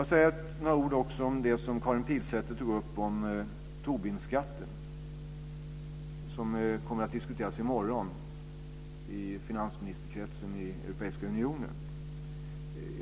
Låt mig också säga några ord om det som Karin Pilsäter sade om Tobinskatten, som kommer att diskuteras i morgon i finansministerkretsen i Europeiska unionen.